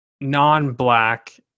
non-black